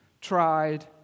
tried